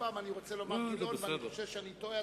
פעם אני רוצה לומר "גילאון" ואני חושב שאני טועה,